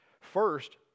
First